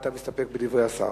אתה מסתפק בדברי השר,